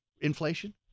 inflation